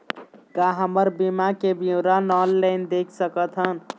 का हमर बीमा के विवरण ऑनलाइन देख सकथन?